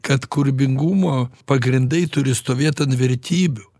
kad kūrybingumo pagrindai turi stovėt ant vertybių